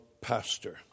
pastor